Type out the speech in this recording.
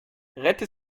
rette